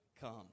come